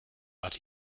but